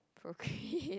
procreate